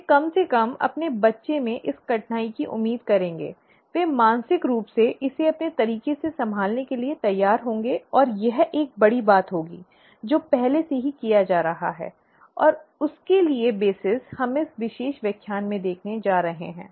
वे कम से कम अपने बच्चे में इस कठिनाई की उम्मीद करेंगे वे मानसिक रूप से इसे अपने तरीके से संभालने के लिए तैयार होंगे और यह एक बड़ी बात होगी जो पहले से ही किया जा रहा है और उसके लिए आधार हम इस विशेष व्याख्यान में देखने जा रहे हैं